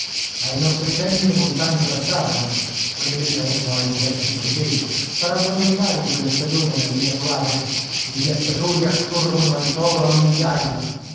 ai nostri tempi le montagne bastavano quelle servono ai modesti borghesi farà buoni affari in quella stagione la linea polare i viaggiatori accorrono al polo a migliaia